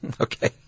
Okay